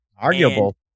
Arguable